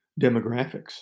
demographics